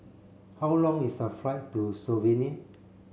how long is the flight to Slovenia